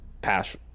pass